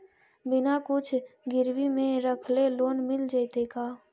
बिना कुछ गिरवी मे रखले लोन मिल जैतै का?